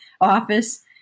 office